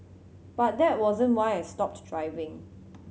but that wasn't why I stopped driving